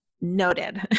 noted